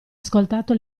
ascoltato